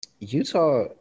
Utah